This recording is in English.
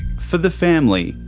for the family,